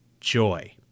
joy